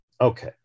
okay